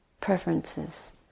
preferences